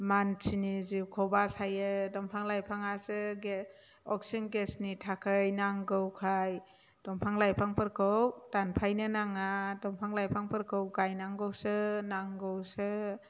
मानसिनि जिउखौ बासायो दंफां लाइफाङासो अक्सिजेन गेसनि थाखाय नांगौखाय दंफां लाइफांफोरखौ दानफायनो नाङा दंफां लाइफांफोरखौ गायनांगौसो नांगौसो